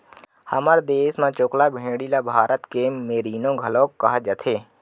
हमर देस म चोकला भेड़ी ल भारत के मेरीनो घलौक कहे जाथे